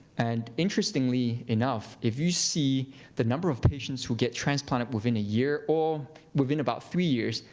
and interestingly enough, if you see the number of patients who get transplanted within a year, or within about three years,